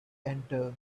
enter